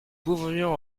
pouvions